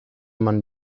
man